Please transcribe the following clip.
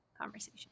conversation